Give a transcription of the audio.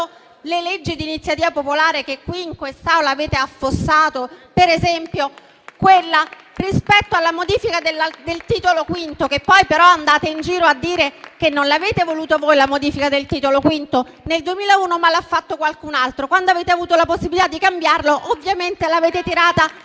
le leggi di iniziativa popolare che qui in quest'Aula avete affossato, per esempio quella rispetto alla modifica del Titolo V della Costituzione, anche se poi però andate in giro a dire che non l'avete voluta voi la modifica del Titolo V nel 2001, ma l'ha fatto qualcun altro e quando avete avuto la possibilità di cambiarlo, ovviamente l'avete gettata